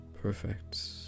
Perfect